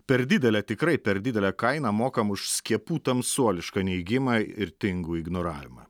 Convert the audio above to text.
per didelę tikrai per didelę kainą mokam už skiepų tamsuolišką neigimą ir tingų ignoravimą